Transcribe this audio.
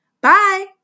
Bye